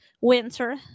winter